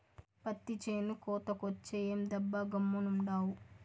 పత్తి చేను కోతకొచ్చే, ఏందబ్బా గమ్మునుండావు